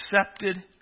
accepted